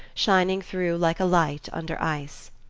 shining through like a light under ice.